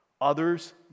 Others